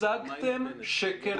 הצגתם שקר לוועדה.